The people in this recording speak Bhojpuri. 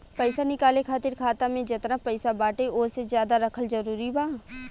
पईसा निकाले खातिर खाता मे जेतना पईसा बाटे ओसे ज्यादा रखल जरूरी बा?